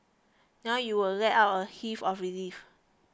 now you will let out a heave of relief